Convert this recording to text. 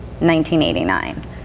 1989